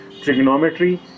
trigonometry